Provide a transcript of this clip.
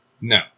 No